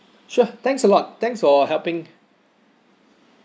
sure thanks a lot thanks for helping